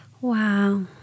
Wow